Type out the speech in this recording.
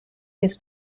his